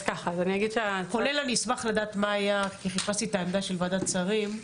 כולל אני אשמח לדעת מה עמדת ועדת השרים.